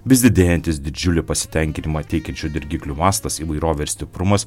vis didėjantis didžiulį pasitenkinimą teikiančių dirgiklių mastas įvairovė ir stiprumas